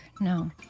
no